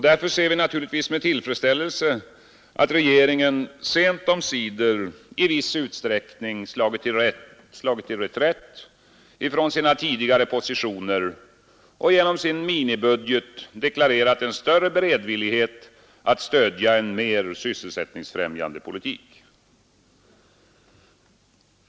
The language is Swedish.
Därför ser vi naturligtvis med tillfredsställelse att regeringen sent omsider i viss utsträckning har slagit till reträtt från sina tidigare positioner och genom sin ”mini-budget” deklarerat en större beredvillighet att stödja en mer sysselsättningsfrämjande politik.